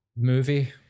movie